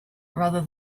rather